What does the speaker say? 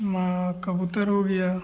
कबूतर हो गया